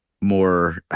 more